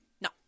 No